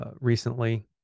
recently